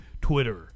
Twitter